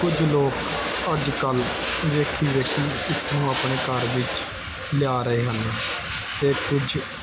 ਕੁਝ ਲੋਕ ਅੱਜ ਕੱਲ੍ਹ ਵੇਖੋ ਵੇਖੀ ਇਸ ਨੂੰ ਆਪਣੇ ਘਰ ਵਿੱਚ ਲਿਆ ਰਹੇ ਹਨ ਅਤੇ ਕੁਝ